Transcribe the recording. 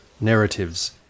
narratives